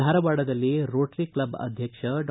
ಧಾರವಾಡದಲ್ಲಿ Rotary club ಅಧ್ಯಕ್ಷ ಡಾ